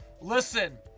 Listen